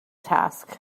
task